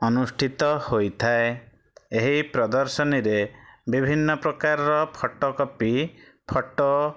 ଅନୁଷ୍ଠିତ ହୋଇଥାଏ ଏହି ପ୍ରଦର୍ଶନୀରେ ବିଭିନ୍ନ ପ୍ରକାରର ଫଟୋକପି ଫଟୋ